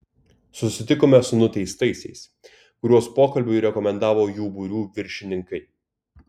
susitikome su nuteistaisiais kuriuos pokalbiui rekomendavo jų būrių viršininkai